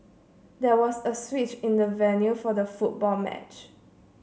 there was a switch in the venue for the football match